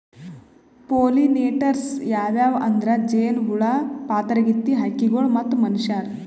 pollinators ಯಾವ್ಯಾವ್ ಅಂದ್ರ ಜೇನಹುಳ, ಪಾತರಗಿತ್ತಿ, ಹಕ್ಕಿಗೊಳ್ ಮತ್ತ್ ಮನಶ್ಯಾರ್